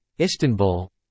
Istanbul